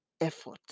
effort